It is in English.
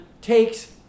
takes